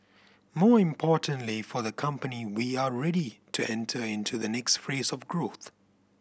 more importantly for the company we are ready to enter into the next phase of growth